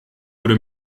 wurde